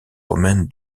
romaine